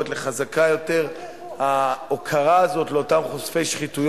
המאוחרת והעומס, שלא זכה לראות את חקיקת החוק,